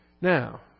Now